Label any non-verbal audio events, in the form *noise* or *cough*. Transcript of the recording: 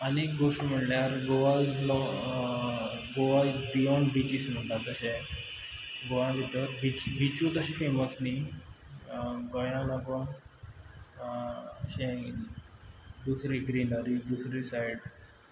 आनी एक गोश्ट म्हणल्यार गोवा बियोंड बिचीज म्हणटा तशें गोंयां भितर *unintelligible* बिचूच अशी फॅमस न्ही गोंयांत *unintelligible* अशें दुसरी ग्रिनरी दुसरी सायड